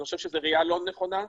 אני חושב שזה ראייה לא נכונה.